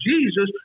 Jesus